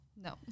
No